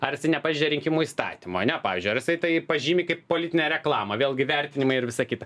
ar jisai nepažeidė rinkimų įstatymo ane pavyzdžiui ar jisai tai pažymi kaip politinę reklamą vėlgi vertinimai ir visa kita